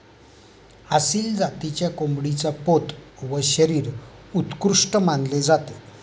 आसिल जातीच्या कोंबडीचा पोत व शरीर उत्कृष्ट मानले जाते